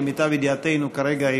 למיטב ידיעתנו כרגע,